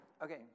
Okay